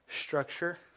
structure